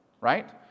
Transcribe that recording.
right